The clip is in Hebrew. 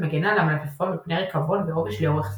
מגנה על המלפפון מפני ריקבון ועובש לאורך זמן.